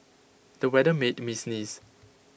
the weather made me sneeze